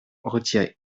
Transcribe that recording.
retiré